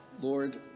Lord